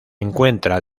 encuentra